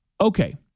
Okay